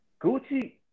Gucci